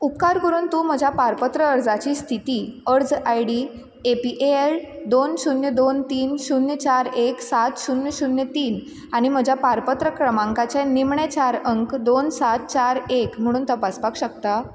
उपकार करून तूं म्हज्या पारपत्र अर्जाची स्थिती अर्ज I D A P A L दोन शुन्य दोन तीन शुन्य चार एक सात शुन्य शुन्य तीन आनी म्हज्या पारपत्र क्रमांकाचें निमणे चार अंक दोन सात चार एक म्हणून तपासपाक शकता